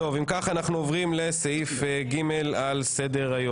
אם כך, אנחנו עוברים לסעיף ג' על סדר-היום.